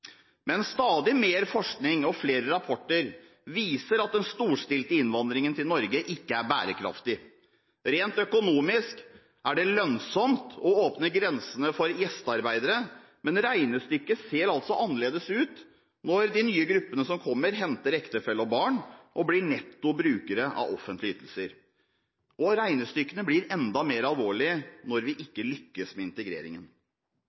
men stadig mer forskning og flere rapporter viser at den storstilte innvandringen til Norge ikke er bærekraftig. Rent økonomisk er det lønnsomt å åpne grensene for gjestearbeidere, men regnestykket ser altså annerledes ut når de nye gruppene som kommer, henter ektefelle og barn og blir netto brukere av offentlige ytelser. Regnestykkene blir enda mer alvorlige når vi ikke lykkes med integreringen.